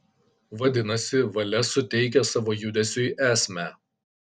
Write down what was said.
vadinasi valia suteikia savo judesiui esmę